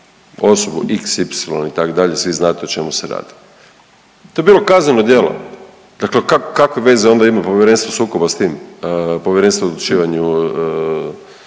osobu xy, itd., svi znate o čemu se radi. To je bilo kazneno djelo. Dakle kakve veze onda ima povjerenstvo sukoba s tim, Povjerenstvo za odlučivanje